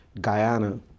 Guyana